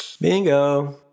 bingo